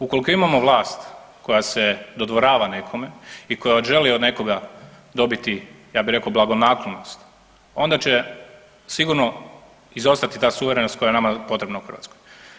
Ukoliko imamo vlast koja se dodvorava nekome i koja želi od nekoga dobiti ja bih rekao blagonaklonost, onda će sigurno izostati ta suverenost koja je nama potrebna u Hrvatskoj.